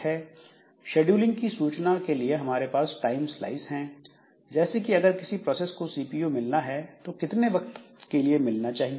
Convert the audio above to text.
scheduling की सूचना के लिए हमारे पास टाइम स्लाइस है जैसे कि अगर किसी प्रोसेस को सीपीयू मिलना है तो कितने वक्त के लिए मिलना चाहिए